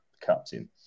captain